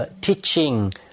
teaching